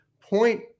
point